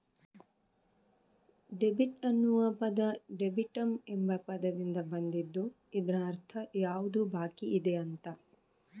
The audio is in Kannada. ಡೆಬಿಟ್ ಅನ್ನುವ ಪದ ಡೆಬಿಟಮ್ ಎಂಬ ಪದದಿಂದ ಬಂದಿದ್ದು ಇದ್ರ ಅರ್ಥ ಯಾವುದು ಬಾಕಿಯಿದೆ ಅಂತ